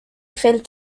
failed